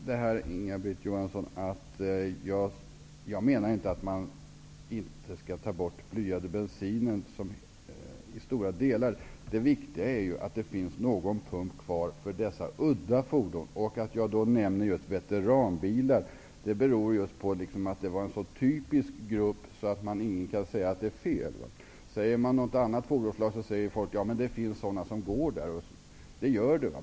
Herr talman! Jag menar inte att man inte skall ta bort blyad bensin. Det viktiga är att det finns någon pump kvar för dessa udda fordon. Att jag nämner just veteranbilar beror på att det är en så typisk grupp så att ingen kan säga att det är fel. Nämner man något annat fordonsslag säger folk: Det finns andra bränslen som går att använda. Det gör det.